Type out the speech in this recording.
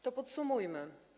To podsumujmy.